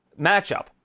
matchup